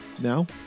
Now